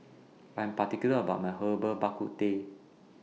I Am particular about My Herbal Bak Ku Teh